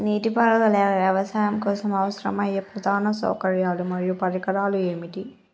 నీటిపారుదల వ్యవసాయం కోసం అవసరమయ్యే ప్రధాన సౌకర్యాలు మరియు పరికరాలు ఏమిటి?